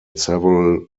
several